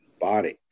body